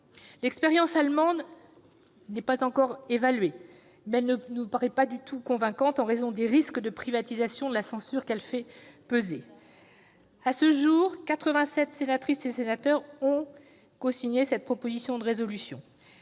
L'expérience allemande n'a pas encore été évaluée, mais elle ne nous paraît pas du tout convaincante, en raison du risque de privatisation de la censure qu'elle fait courir. À ce jour, quelque 87 de mes collègues ont cosigné cette proposition de résolution,